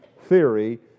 theory